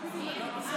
אם אתה מוכן,